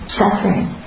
suffering